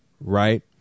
Right